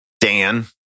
Dan